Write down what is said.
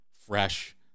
fresh